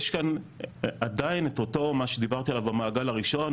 יש כאן עדיין את אותו מה שדיברתי עליו במעגל הראשון,